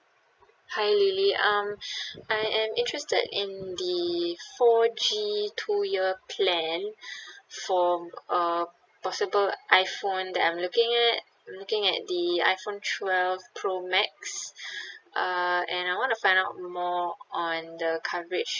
hi lily um I am interested in the four G two year plan for uh possible iphone that I'm looking at I'm looking at the iphone twelve pro max err and I want to find out more on the coverage